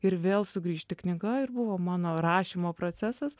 ir vėl sugrįžti knyga ir buvo mano rašymo procesas